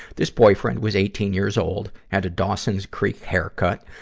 this boyfriend was eighteen years old, had a dawson's creek haircut,